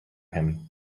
him